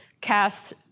cast